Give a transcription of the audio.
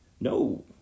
No